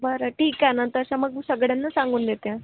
बरं ठीक आहे ना तसं मग मी सगळ्यांना सांगून देते